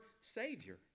Savior